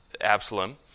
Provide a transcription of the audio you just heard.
Absalom